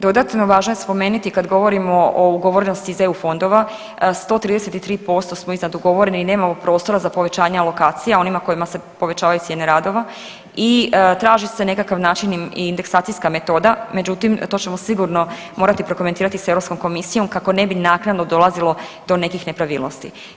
Dodatno, važno je spomeniti kad govorimo o ugovornosti iz EU fondova, 133% smo iznad ugovorenih i nemamo prostora za povećanje alokacija, onima kojima se povećavaju cijene radova i traži se nekakav način i indeksacijska metoda, međutim, to ćemo sigurno morati prokomentirati sa EU komisijom kako ne bi naknadno dolazilo do nekih nepravilnosti.